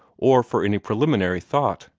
or for any preliminary thought.